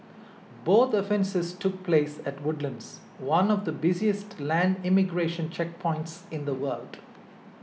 both offences took place at Woodlands one of the busiest land immigration checkpoints in the world